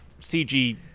CG